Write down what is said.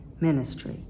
ministry